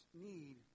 need